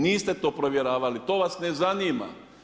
Niste to provjeravali to vas ne zanima.